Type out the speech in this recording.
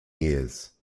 years